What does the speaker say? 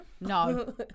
No